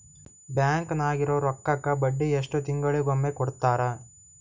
Bank ನಾಗಿರೋ ರೊಕ್ಕಕ್ಕ ಬಡ್ಡಿ ಎಷ್ಟು ತಿಂಗಳಿಗೊಮ್ಮೆ ಕೊಡ್ತಾರ?